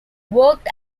worked